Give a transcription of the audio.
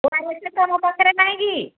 ତୁମ ପଖରେ ନାହିଁ କି